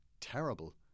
terrible